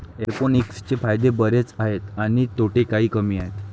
एरोपोनिक्सचे फायदे बरेच आहेत आणि तोटे काही कमी आहेत